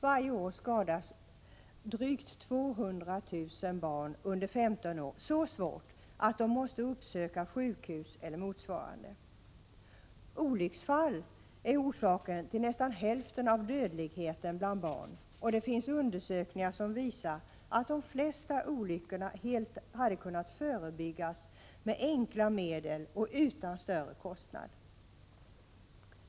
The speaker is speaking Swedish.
Varje år skadas drygt 200 000 barn under 15 år så svårt att de måste uppsöka sjukhus eller motsvarande. Olycksfall är orsak till nästan hälften av dödligheten bland barn. Det finns undersökningar som visar att de flesta olyckor helt hade kunnat förebyggas med enkla medel och utan större kostnad.